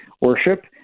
worship